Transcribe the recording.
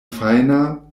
fajna